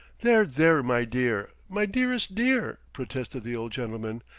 there, there, my dear! my dearest dear! protested the old gentleman.